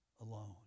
alone